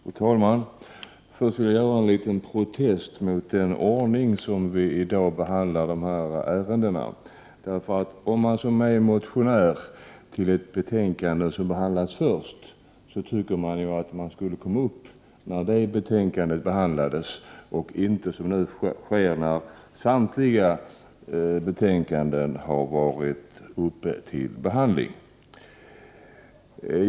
Fru talman! Jag vill först framföra en liten protest mot den ordning i vilken vi i dag behandlar dessa ärenden, Om man väckt en motion som tas upp i det betänkande som först behandlas, borde man få komma med i debatten när det betänkandet avhandlas och inte, som nu sker, när samtliga betänkanden varit uppe till behandling.